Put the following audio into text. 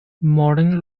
modern